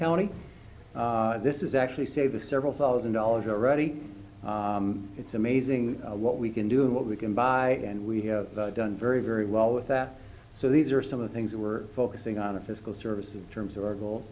county this is actually save us several thousand dollars already it's amazing what we can do what we can buy and we have done very very well with that so these are some of the things that we're focusing on a fiscal service in terms of our goal